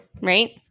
Right